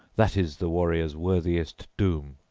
that is the warrior's worthiest doom.